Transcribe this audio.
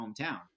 hometown